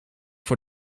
voor